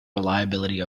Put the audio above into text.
reliability